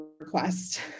request